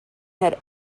had